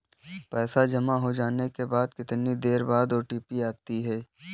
पैसा जमा होने के कितनी देर बाद ओ.टी.पी आता है?